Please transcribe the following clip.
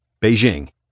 Beijing